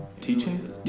Teaching